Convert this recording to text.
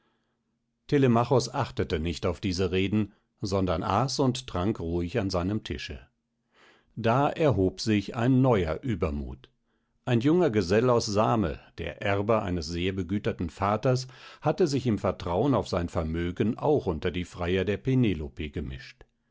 achtete nicht auf diese reden sondern aß und trank ruhig an seinem tische da erhob sich ein neuer übermut ein junger gesell aus same der erbe eines sehr begüterten vaters hatte sich im vertrauen auf sein vermögen auch unter die freier der penelope gemischt